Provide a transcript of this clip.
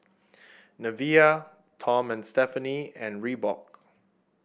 Nivea Tom and Stephanie and Reebok